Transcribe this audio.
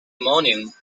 morning